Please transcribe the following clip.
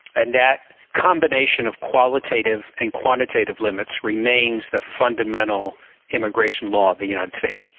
and that combination of qualitative and quantitative limits remains the fundamental immigration law of the united states.